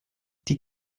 die